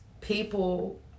people